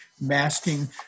masking